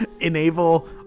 Enable